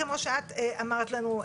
כמו שאמרת לנו,